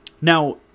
Now